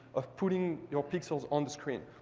of putting your pixels on the screen.